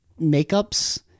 makeups